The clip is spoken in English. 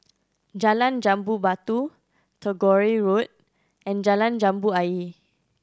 Jalan Jambu Batu Tagore Road and Jalan Jambu Ayer